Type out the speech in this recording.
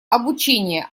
обучение